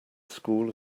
school